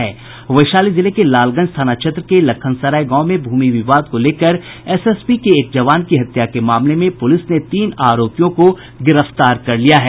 वैशाली जिले के लालगंज थाना क्षेत्र के लखनसराय गांव में भूमि विवाद को लेकर एसएसबी के एक जवान की हत्या के मामले में पुलिस ने तीन अभियुक्तों को गिरफ्तार किया है